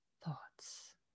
thoughts